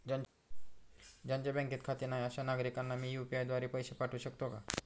ज्यांचे बँकेत खाते नाही अशा नागरीकांना मी यू.पी.आय द्वारे पैसे पाठवू शकतो का?